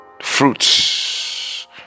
fruits